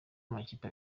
amakipe